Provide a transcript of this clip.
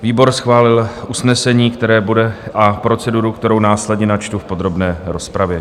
Výbor schválil usnesení a proceduru, kterou následně načtu v podrobné rozpravě.